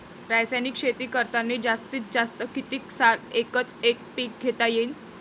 रासायनिक शेती करतांनी जास्तीत जास्त कितीक साल एकच एक पीक घेता येईन?